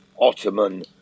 Ottoman